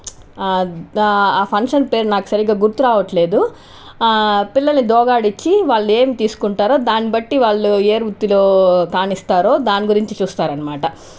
ఆ ఫంక్షన్ పేరు నాకు సరిగ్గా గుర్తురావట్లేదు పిల్లల్ని దోగాడించి వాళ్ళు ఏమి తీసుకుంటారో దాని బట్టి వాళ్ళు ఏ వృత్తిలో రాణిస్తారో దాని గురించి చూస్తారన్నమాట